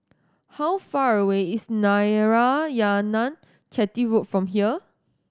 how far away is Narayanan Chetty Road from here